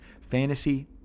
Fantasy